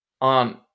on